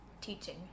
teaching